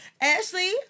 Ashley